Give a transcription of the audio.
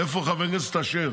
איפה חבר הכנסת אשר?